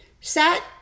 set